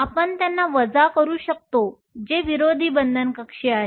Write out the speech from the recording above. आपण त्यांना वजा करू शकता जे विरोधी बंधन कक्षीय आहे